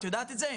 את יודעת את זה?